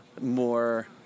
more